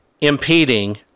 impeding